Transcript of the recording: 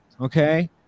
okay